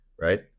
right